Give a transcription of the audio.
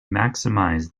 maximize